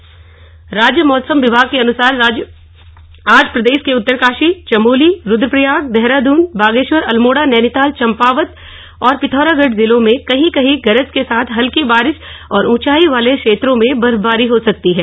मौसम राज्य मौसम विभाग के अनुसार आज प्रदेश के उत्तरकाशी चमोली रूद्रप्रयाग देहरादून बागेश्वर अल्मोड़ा नैनीताल चम्पावत और पिथौरागढ़ जिलों में कहीं कहीं गरज के साथ हल्की बारिश और ऊचाई वाले क्षेत्रों में बर्फवारी हो सकती है